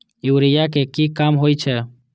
Urea के की काम होई छै?